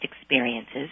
experiences